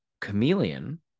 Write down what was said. chameleon